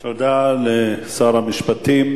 תודה לשר המשפטים.